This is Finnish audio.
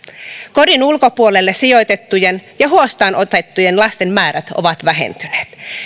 kodin ulkopuolelle sijoitettujen ja huostaan otettujen lasten määrät ovat vähentyneet